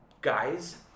guys